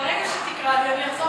ברגע שתקרא לי, אני אחזור.